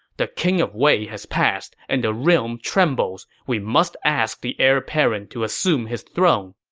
the king of wei has passed, and the realm trembles. we must ask the heir apparent to assume his throne.